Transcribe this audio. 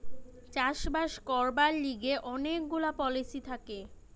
চাষ বাস করবার লিগে অনেক গুলা পলিসি থাকে